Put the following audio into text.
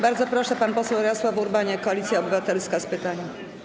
Bardzo proszę, pan poseł Jarosław Urbaniak, Koalicja Obywatelska, z pytaniem.